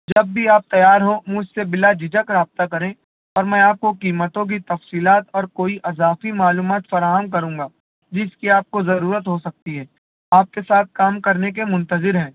جب بھی آپ تیار ہوں مجھ سے بلا جھجھک رابطہ کریں اور میں آپ کو قیمتوں کی تفصیلات اور کوئی اضافی معلومات فراہم کروں گا جس کی آپ کو ضرورت ہو سکتی ہے آپ کے ساتھ کام کرنے کے منتظر ہیں